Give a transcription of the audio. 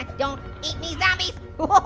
don't eat me, zombies. whoa,